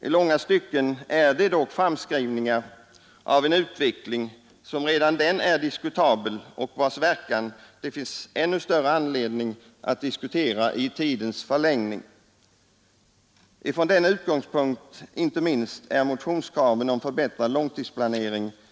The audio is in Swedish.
I långa stycken är de dock framskrivningar av en diskutabel och vars verkan det finns ännu längning. Ifrån denna utgångspunkt inte minst är motionskraven på förbättrad långtidsplanering att beakta.